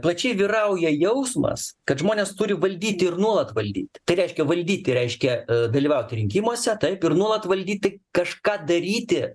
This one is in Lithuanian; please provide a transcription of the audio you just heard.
plačiai vyrauja jausmas kad žmonės turi valdyti ir nuolat valdyt tai reiškia valdyti tai reiškia dalyvauti rinkimuose taip ir nuolat valdyti kažką daryti